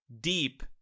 deep